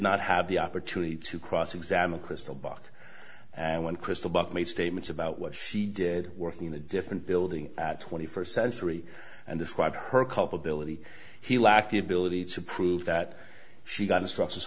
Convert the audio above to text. not have the opportunity to cross examine crystal bach and when krystal buck made statements about what she did working in a different building twenty first century and described her culpability he lacked the ability to prove that she got